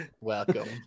Welcome